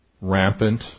Rampant